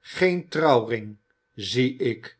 geen trouwring zie ik